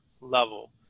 level